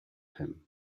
him